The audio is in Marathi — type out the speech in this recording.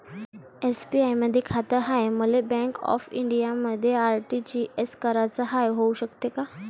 एस.बी.आय मधी खाते हाय, मले बँक ऑफ इंडियामध्ये आर.टी.जी.एस कराच हाय, होऊ शकते का?